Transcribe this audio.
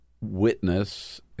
Witness